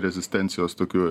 rezistencijos tokių